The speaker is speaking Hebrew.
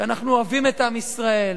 שאנחנו אוהבים את עם ישראל,